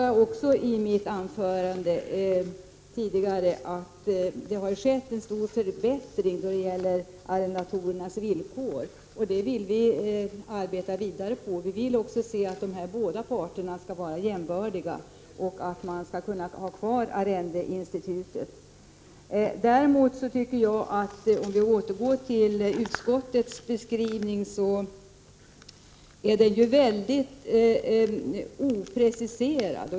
Jag sade i mitt tidigare anförande att det skett en stor förbättring av arrendatorernas villkor. Det vill vi arbeta vidare på. Folkpartiet vill också se att båda parterna skall vara jämbördiga och att man skall ha kvar arrendeinstitutet. Jag tycker att utskottets beskrivning är mycket opreciserad.